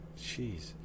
Jeez